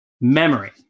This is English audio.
memory